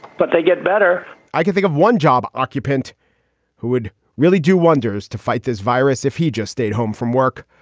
but they get better i can think of one job occupant who would really do wonders to fight this virus if he just stayed home from work.